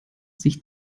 sich